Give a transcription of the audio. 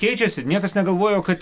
keičiasi niekas negalvojo kad